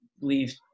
leave